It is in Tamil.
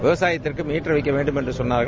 விவசாயத்திற்கு மீட்டர் வைக்க வேண்டும் என்று சொன்னார்கள்